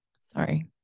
sorry